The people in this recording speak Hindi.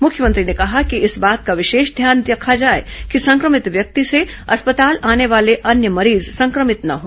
मुख्यमंत्री ने कहा कि इस बात का विशेष ध्यान रखा जाए कि संक्रमित व्यक्ति से अस्पताल आने वाले अन्य मरीज संक्रमित ना हो